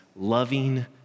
loving